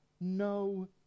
no